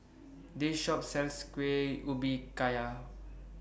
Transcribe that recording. This Shop sells Kuih Ubi kayak